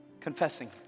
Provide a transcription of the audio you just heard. confessing